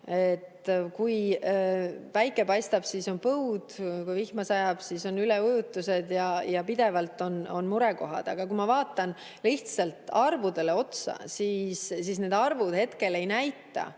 Kui päike paistab, siis on põud, kui vihma sajab, siis on üleujutused. Pidevalt on murekohad. Aga kui ma vaatan arvudele otsa, siis need arvud hetkel ei näita